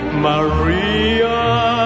Maria